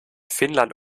finnland